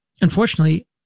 unfortunately